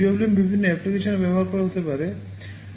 PWM বিভিন্ন অ্যাপ্লিকেশনে ব্যবহার করা যেতে পারে